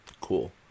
Cool